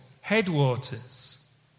headwaters